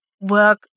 work